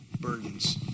burdens